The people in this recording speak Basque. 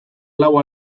lau